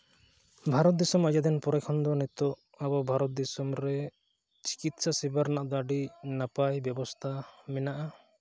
ᱵᱷᱟᱨᱚᱛ ᱫᱤᱥᱚᱢ ᱟᱹᱰᱤ ᱫᱤᱱ ᱯᱚᱨᱮ ᱠᱷᱚᱱ ᱜᱮ ᱱᱤᱛᱚᱜ ᱟᱵᱚ ᱵᱷᱟᱨᱚᱛ ᱫᱤᱥᱚᱢ ᱨᱮ ᱪᱤᱠᱤᱛᱥᱟ ᱥᱮᱵᱟ ᱨᱮᱱᱟᱜ ᱫᱚ ᱟᱹᱰᱤ ᱱᱟᱯᱟᱭ ᱵᱮᱵᱚᱥᱛᱷᱟ ᱢᱮᱱᱟᱜᱼᱟ